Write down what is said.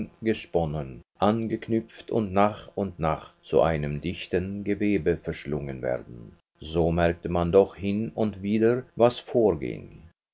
gesponnen angeknüpft und nach und nach zu einem dichten gewebe verschlungen werden so merkte man doch hin und wieder was vorging